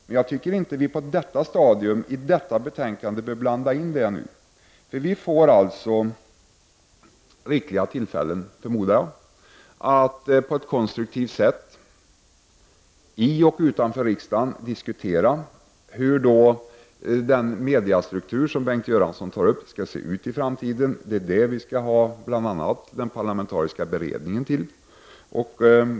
Men jag tycker inte att vi på detta stadium, i detta betänkande, bör blanda in dessa frågor. Vi får, förmodar jag, rikliga tillfällen att på ett konstruktivt sätt i och utanför riksdagen diskutera hur den mediestruktur som Bengt Göransson tar upp skall se ut i framtiden. Det är bl.a. detta vi skall ha den parlamentariska beredningen till.